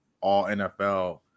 all-NFL